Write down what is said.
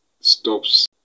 stops